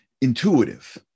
intuitive